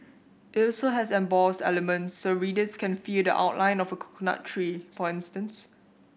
it also has embossed elements so readers can feel the outline of a coconut tree for instance